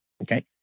Okay